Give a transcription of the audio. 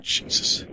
Jesus